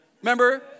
Remember